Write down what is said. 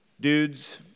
dudes